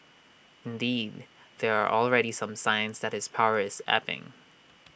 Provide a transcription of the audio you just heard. indeed there are already some signs that his power is ebbing